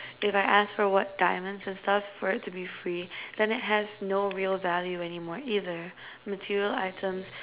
if I ask for what diamonds and stuff for it to be free then it has no real value any more either material items